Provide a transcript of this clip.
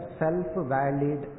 self-valid